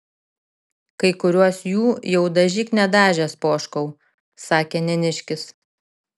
kai kuriuos jų jau dažyk nedažęs poškau sakė neniškis